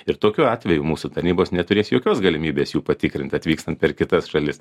ir tokiu atveju mūsų tarnybos neturės jokios galimybės jų patikrint atvykstant per kitas šalis